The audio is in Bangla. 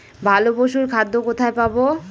ভালো পশুর খাদ্য কোথায় পাবো?